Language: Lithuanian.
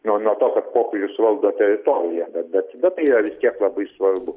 nuo nuo to kad popiežius valdo teritoriją bet bet yra vis tiek labai svarbu